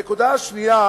הנקודה השנייה